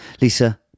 Lisa